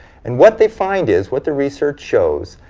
and what they find is. what the research shows,